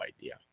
idea